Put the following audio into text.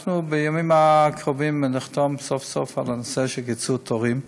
בימים הקרובים נחתום סוף-סוף על הנושא של קיצור תורים.